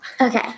Okay